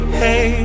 hey